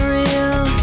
real